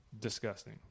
disgusting